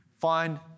find